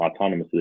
autonomously